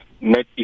net